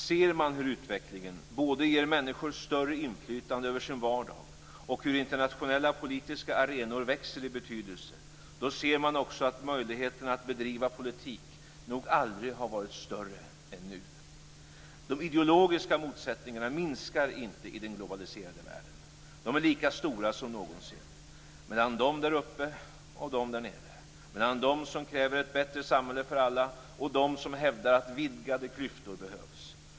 Ser man hur utvecklingen både ger människor större inflytande över deras vardag och hur internationella politiska arenor växer i betydelse, då ser man också att möjligheten att bedriva politik nog aldrig har varit större än nu. De ideologiska motsättningarna minskar inte i den globaliserade världen. De är lika stora som någonsin mellan dem där uppe och dem där nere, mellan dem som kräver ett bättre samhälle för alla och dem som hävdar att vidgade klyftor behövs.